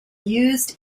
used